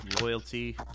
Loyalty